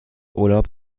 urlaub